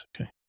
Okay